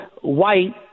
white